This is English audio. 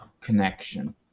connection